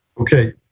okay